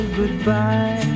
goodbye